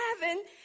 heaven